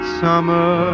summer